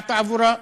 הצבעת עבורה.